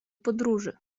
podróży